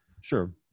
Sure